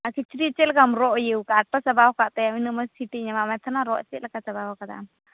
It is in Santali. ᱟᱨ ᱠᱤᱪᱨᱤᱡ ᱪᱮᱫ ᱞᱮᱠᱟᱢ ᱨᱚᱜ ᱤᱭᱟᱹᱣ ᱠᱟᱜᱼᱟ ᱟᱴᱴᱟ ᱪᱟᱵᱟᱣᱟᱠᱟᱫ ᱛᱟᱭᱟᱢ ᱩᱱᱟᱹᱜ ᱢᱚᱡᱽ ᱪᱷᱤᱴᱤᱧ ᱮᱢᱟᱜ ᱢᱮ ᱛᱟᱦᱮᱱᱟ ᱨᱚᱜ ᱪᱮᱫ ᱞᱮᱠᱟ ᱪᱟᱵᱟᱣᱟᱠᱟᱫᱟᱢ